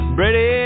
Brady